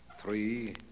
three